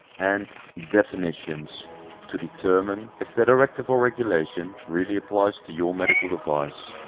and definitions to determine if the directive or regulation really applies to your medical device.